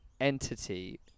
entity